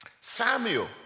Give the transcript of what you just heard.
Samuel